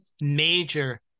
major